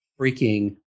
freaking